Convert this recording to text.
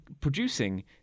producing